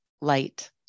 light